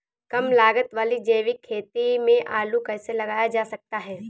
कम लागत वाली जैविक खेती में आलू कैसे लगाया जा सकता है?